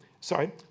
sorry